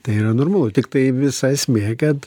tai yra normalu tiktai visa esmė kad